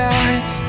eyes